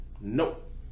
nope